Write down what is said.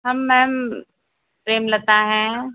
हम मैम प्रेमलता हैं